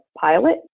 pilot